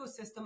ecosystem